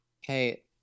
Hey